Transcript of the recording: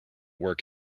work